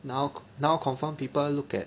now now confirmed people look at